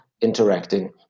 interacting